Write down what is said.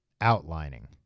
outlining